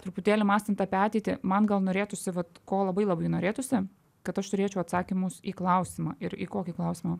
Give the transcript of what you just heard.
truputėlį mąstant apie ateitį man gal norėtųsi vat ko labai labai norėtųsi kad aš turėčiau atsakymus į klausimą ir į kokį klausimą